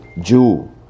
Jew